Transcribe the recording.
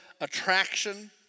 attraction